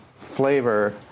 flavor